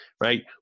right